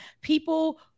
People